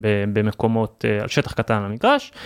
במקומות על שטח קטן למגרש.